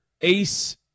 ace